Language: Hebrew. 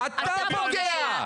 אתה פוגע.